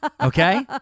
Okay